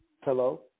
Hello